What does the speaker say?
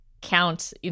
count